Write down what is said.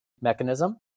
mechanism